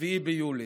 ב-7 ביולי.